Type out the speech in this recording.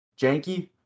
janky